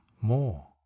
more